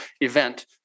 event